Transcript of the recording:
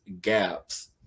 gaps